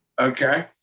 Okay